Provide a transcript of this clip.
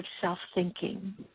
self-thinking